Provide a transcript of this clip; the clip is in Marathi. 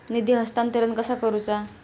निधी हस्तांतरण कसा करुचा?